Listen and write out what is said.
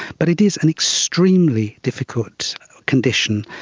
but it is an extremely difficult condition,